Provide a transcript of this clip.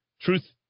truth